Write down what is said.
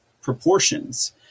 proportions